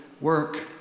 work